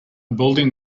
balding